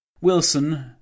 Wilson